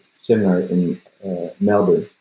seminar in malibu,